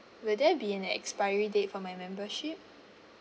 will there be an expiry date for my membership